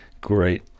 great